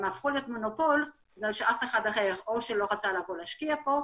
והם הפכו להיות מונופול כי אף אחד אחר או לא רצה לבוא להשקיע פה,